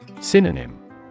Synonym